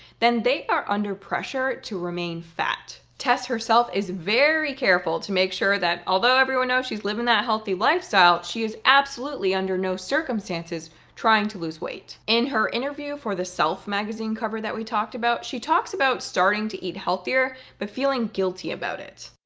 then they are under pressure to remain fat. tess, herself is very careful to make sure that, although everyone knows she's living that healthy lifestyle, she is absolutely under no circumstances trying to lose weight. in her interview for the self magazine cover that we talked about, she talks about starting to eat healthier but feeling guilty about it.